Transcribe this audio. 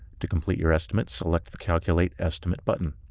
to complete your estimate, select the calculate estimate button.